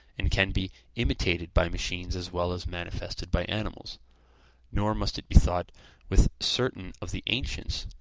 and can be imitated by machines as well as manifested by animals nor must it be thought with certain of the ancients,